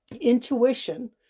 Intuition